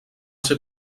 ser